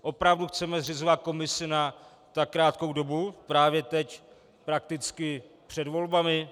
Opravdu chceme zřizovat komisi na tak krátkou dobu právě teď, prakticky před volbami?